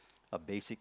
a basic